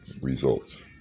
results